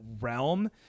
realm